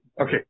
okay